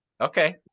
Okay